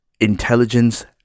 intelligence